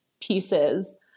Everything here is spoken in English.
pieces